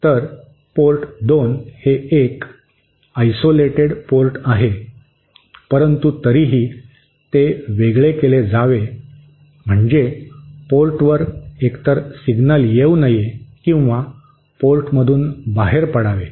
तर पोर्ट 2 हे एक आयसोलेटेड पोर्ट आहे परंतु तरीही ते वेगळे केले जावे म्हणजे पोर्टवर एकतर सिग्नल येऊ नये किंवा पोर्टमधून बाहेर पडावे